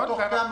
חשוב